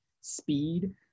speed